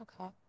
Okay